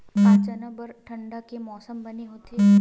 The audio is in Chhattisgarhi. का चना बर ठंडा के मौसम बने होथे?